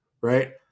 Right